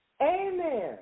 Amen